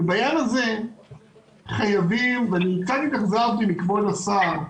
ובעניין הזה חייבים, ואני קצת התאכזבתי מכבוד השר,